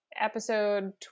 episode